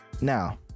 Now